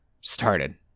started